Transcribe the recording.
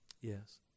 Yes